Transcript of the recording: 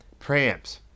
preamps